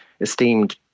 esteemed